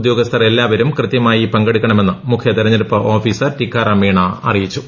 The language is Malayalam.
ഉദ്യോഗസ്ഥർ എല്ലാവരും കൃത്യമായി പങ്കെടുക്കണമെന്ന് മുഖ്യ തിരഞ്ഞെടുപ്പ് ഓഫീസർ ടിക്കാറാം മീണ അറിയിച്ചു